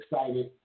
excited